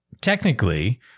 technically